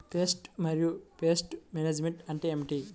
Pest మరియు pest management అంటే ఏమిటి?